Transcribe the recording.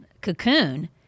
cocoon